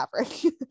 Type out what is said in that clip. average